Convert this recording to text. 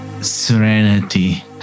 serenity